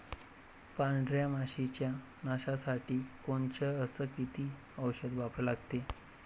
पांढऱ्या माशी च्या नाशा साठी कोनचं अस किती औषध वापरा लागते?